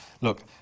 Look